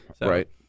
right